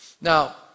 Now